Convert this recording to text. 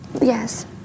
Yes